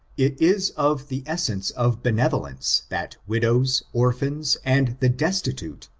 it is of the essence of benevolence, that widows, orphans, and the destitute,